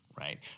right